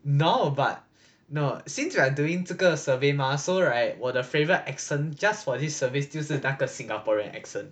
no but no since we are doing 这个 survey mah so right 我的 favourite accent just for this survey 就是那个 singaporean accent